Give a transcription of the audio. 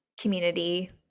community